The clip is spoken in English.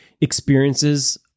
experiences